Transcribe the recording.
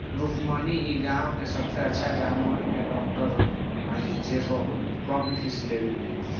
रुक्मिणी इ गाँव के सबसे अच्छा जानवर के डॉक्टर हई जे बहुत कम फीस लेवेली